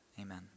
amen